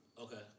Okay